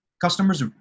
customers